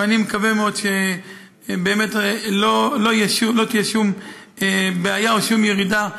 ואני מקווה מאוד שלא תהיה בעיה או שום ירידה,